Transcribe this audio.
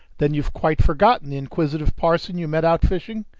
then you've quite forgotten the inquisitive parson you met out fishing?